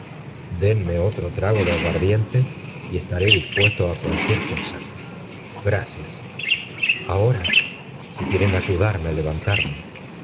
dénme otro trago de aguardiente y estaré dispuesto á cualquier cosa gracias ahora si quieren ayudarme á levantarme